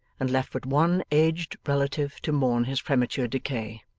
and left but one aged relative to mourn his premature decay.